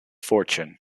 fortune